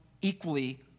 equally